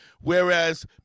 Whereas